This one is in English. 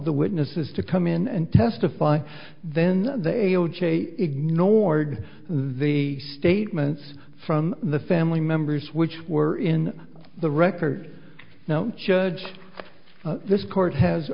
the witnesses to come in and testify then they ignored the statements from the family members which were in the record now judge this court has